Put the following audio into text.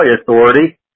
Authority